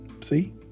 See